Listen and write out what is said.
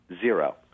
zero